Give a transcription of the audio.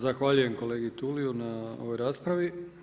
Zahvaljujem kolegi Tuliju na ovoj raspravi.